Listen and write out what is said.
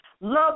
Love